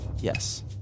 yes